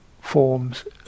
forms